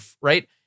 right